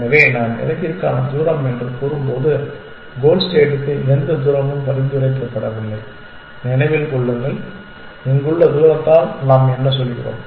எனவே நான் இலக்கிற்கான தூரம் என்று கூறும்போது கோல் ஸ்டேட்டுக்கு எந்த தூரமும் பரிந்துரைக்கப்படவில்லை நினைவில் கொள்ளுங்கள் இங்குள்ள தூரத்தால் நாம் என்ன சொல்கிறோம்